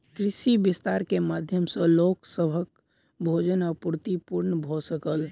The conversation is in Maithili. कृषि विस्तार के माध्यम सॅ लोक सभक भोजन आपूर्ति पूर्ण भ सकल